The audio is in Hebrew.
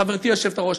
חברתי היושבת-ראש,